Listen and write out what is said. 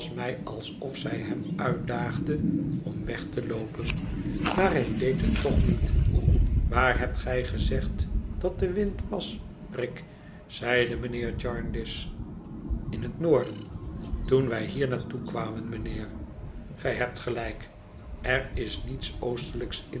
alsof zij hem uitdaagde om weg te loopen maar hij deed het toch niet waar hebt gij gezegd dat de wind was rick zeide mijnheer jarndyce in het noorden toen wij hier naar toe kwamen mijnheer gij hebt gelijk er is niets oostelijks in